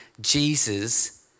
Jesus